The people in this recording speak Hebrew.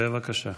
בבקשה.